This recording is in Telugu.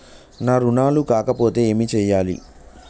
నా రుణాలు కాకపోతే ఏమి చేయాలి?